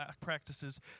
practices